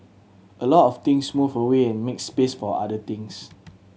a lot of things move away and make space for other things